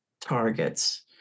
targets